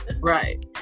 Right